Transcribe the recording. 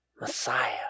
Messiah